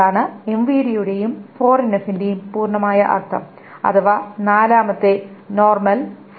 അതാണ് എംവിഡിയുടെയും 4 എൻഎഫിന്റെയും പൂർണമായ അർഥം അഥവാ നാലാമത്തെ നോർമൽ ഫോം